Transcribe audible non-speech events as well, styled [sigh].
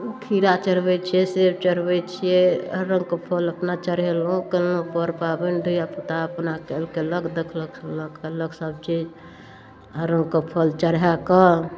खीरा चढ़बै छियै सेब चढ़बै छियै हर रङ्गके फल अपना चढ़ेलहुँ केलहुँ पर पाबनि धियापुता अपना केलक देखलक [unintelligible] सब चीज हर रङ्गके फल चढ़ाकऽ